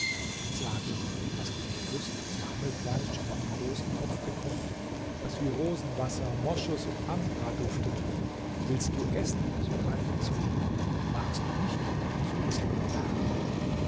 sage hast du nicht lust zu hammelfleisch in einem großen topf gekocht das wie rosenwasser moschus und ambra duftet willst du essen so greife zu magst du nicht so bist du ein narr